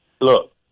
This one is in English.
look